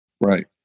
Right